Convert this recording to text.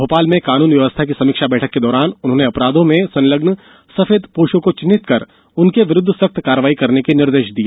भोपाल में कानून व्यवस्था की समीक्षा बैठक के दौरान उन्होंने अपराधों में संलग्न सफेदपोशों को चिहित कर उनके विरुद्ध सख्त कार्रवाई करने के निर्देश दिए